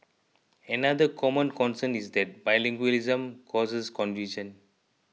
another common concern is that bilingualism causes confusion